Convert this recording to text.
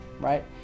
right